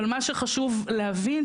אבל מה שחשוב להבין,